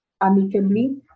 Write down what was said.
amicably